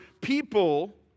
people